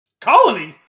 Colony